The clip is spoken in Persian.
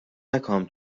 نکنم